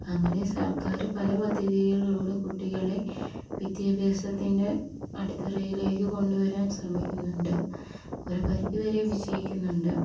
അങ്ങനെ സർക്കാർ പല പദ്ധതികളിലൂടെ കുട്ടികളെ വിദ്യാഭ്യാസത്തിൻ്റെ അടിത്തറയിലേക്ക് കൊണ്ട് വരാൻ ശ്രമിക്കുന്നുണ്ട് ഒരു പരിധി വരെ വിജയിക്കുന്നുണ്ട്